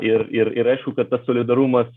ir ir ir aišku kad tas solidarumas